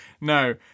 no